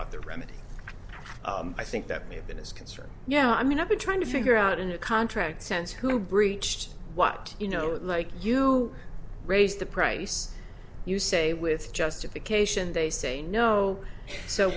out the remedy i think that may have been his concern yeah i mean i've been trying to figure out in a contract sense who breached what you know or like you raise the price you say with justification they say no so